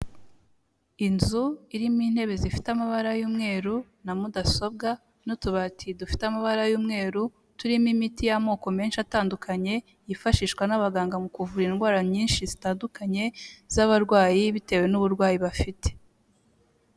Inzu irimo intebe zifite amabara y'umweru na mudasobwa n'utubati dufite amabara y'umweru, turimo imiti y'amoko menshi atandukanye, yifashishwa n'abaganga mu kuvura indwara nyinshi zitandukanye z'abarwayi bitewe n'uburwayi bafite.